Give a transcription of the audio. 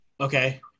Okay